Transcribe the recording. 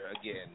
again